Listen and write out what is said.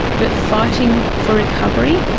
but fighting for recovery,